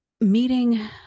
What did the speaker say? meeting